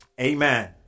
Amen